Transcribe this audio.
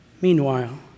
meanwhile